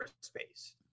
space